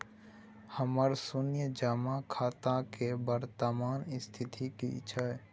हमर शुन्य जमा खाता के वर्तमान स्थिति की छै?